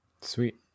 Sweet